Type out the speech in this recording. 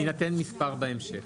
יינתן מספר בהמשך.